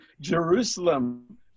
Jerusalem